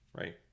right